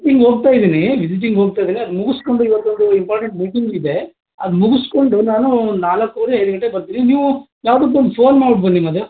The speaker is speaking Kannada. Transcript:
ಹಿಂಗೆ ಹೋಗ್ತಾಯಿದ್ದೀನಿ ವಿಸಿಟಿಂಗ್ ಹೋಗ್ತಾಯಿದ್ದೀನಿ ಅದನ್ನು ಮುಗಿಸ್ಕೊಂಡು ಇವತ್ತೊಂದು ಇಂಪಾರ್ಟೆಂಟ್ ಮೀಟಿಂಗ್ ಇದೆ ಅದು ಮುಗಿಸ್ಕೊಂಡು ನಾನು ನಾಲ್ಕೂವರೆ ಐದು ಗಂಟೆಗೆ ಬರ್ತೀನಿ ನೀವು ಯಾವುದಕ್ಕೂ ಒಂದು ಫೋನ್ ಮಾಡ್ಬಿಟ್ಟು ಬನ್ನಿ ಮಾದೇವ